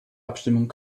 abstimmung